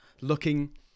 looking